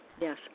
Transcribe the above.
Yes